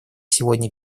сегодня